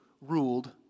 ruled